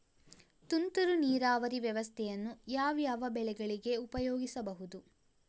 ತುಂತುರು ನೀರಾವರಿ ವ್ಯವಸ್ಥೆಯನ್ನು ಯಾವ್ಯಾವ ಬೆಳೆಗಳಿಗೆ ಉಪಯೋಗಿಸಬಹುದು?